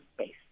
space